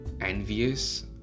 envious